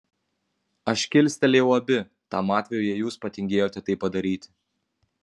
aš kilstelėjau abi tam atvejui jei jūs patingėjote tai padaryti